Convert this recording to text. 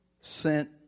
sent